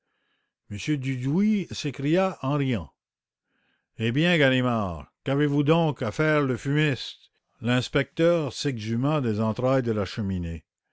m dudouis s'écria en riant eh bien ganimard qu'avez-vous donc à faire le fumiste l'inspecteur s'exhuma des entrailles de la cheminée